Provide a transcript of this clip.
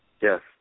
Yes